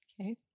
Okay